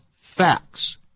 facts